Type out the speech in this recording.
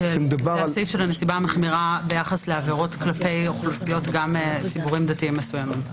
הנסיבה המחמירה ביחס לעבירות כלפי אוכלוסיות וגם ציבורים דתיים מסוימים.